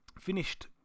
finished